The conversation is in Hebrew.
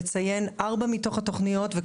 (מקרינה שקף,